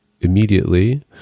immediately